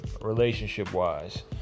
relationship-wise